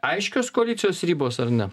aiškios koalicijos ribos ar ne